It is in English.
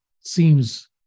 seems